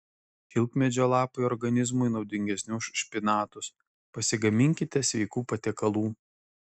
šilkmedžio lapai organizmui naudingesni už špinatus pasigaminkite sveikų patiekalų